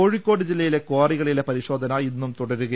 കോഴിക്കോട് ജില്ലയിൽ കാറികളിലെ പരിശോധന ഇന്നും തുടരും